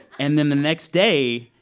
and then the next day,